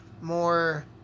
more